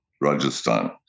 Rajasthan